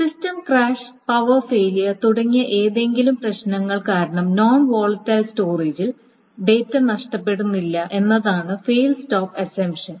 system crash power failure തുടങ്ങിയ എന്തെങ്കിലും പ്രശ്നങ്ങൾ കാരണം നോൺ വോളടൈൽ സ്റ്റോറേജിൽ ഡാറ്റ നഷ്ടപ്പെടുന്നില്ല എന്നതാണ് ഫേൽ സ്റ്റോപ് അസമ്പ്ഷൻ